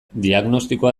diagnostikoa